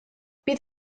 bydd